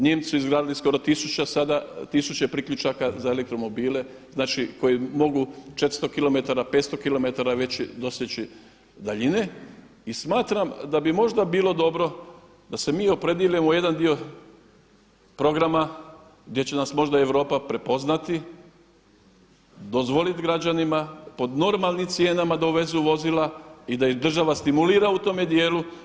Nijemci su izgradili tisuće priključaka za elektromobile koji mogu 400km, 500km već doseći daljine i smatram da bi možda bilo dobro da se mi opredijelimo jedan dio programa gdje će nas možda Europa prepoznati, dozvoliti građanima pod normalnim cijenama da uvezu vozila i da ih država stimulira u tome dijelu.